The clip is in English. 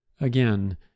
again